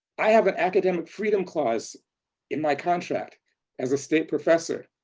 i have an academic freedom clause in my contract as a state professor.